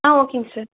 ஆ ஓகேங்க சார்